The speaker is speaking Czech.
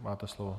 Máte slovo.